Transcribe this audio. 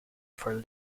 for